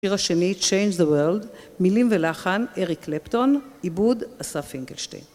השיר השני, Change the World, מילים ולחן: אריק קלפטון, עיבוד, אסף פינקלשטיין.